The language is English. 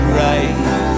right